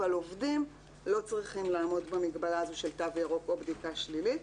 אבל עובדים לא צריכים לעמוד במגבלה הזו של תו ירוק או בדיקה שלילית.